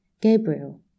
Gabriel